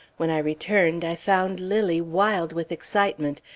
when i returned, i found lilly wild with excitement,